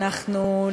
תודה רבה,